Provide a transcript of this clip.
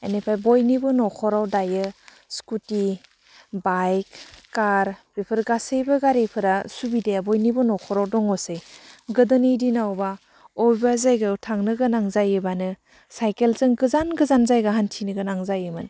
बिनिफ्राय बयनिबो न'खराव दायो स्कुटि बाइक कार बेफोर गासैबो गारिफोरा सुबिदाया बयनिबो न'खराव दङसै गोदोनि दिनावबा बबेबा जायगायाव थांनो गोनां जायोबानो साइकेलजों गोजान गोजान जायगा हान्थिनो गोनां जायोमोन